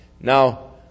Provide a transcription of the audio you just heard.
Now